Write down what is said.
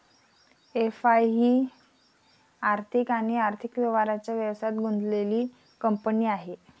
FI ही आर्थिक आणि आर्थिक व्यवहारांच्या व्यवसायात गुंतलेली कंपनी आहे